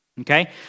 Okay